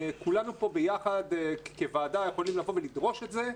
כולנו פה ביחד, כוועדה, יכולים לבוא ולדרוש את זה,